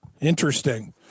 Interesting